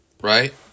Right